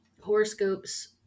horoscopes